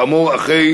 כאמור, אחרי